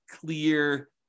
clear